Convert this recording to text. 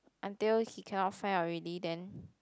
until he cannot find out already then